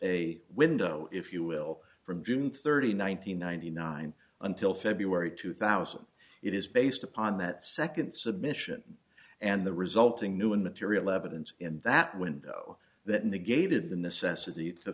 a window if you will from june thirty nine hundred ninety nine until february two thousand it is based upon that second submission and the resulting new and material evidence in that window that negated the necessity to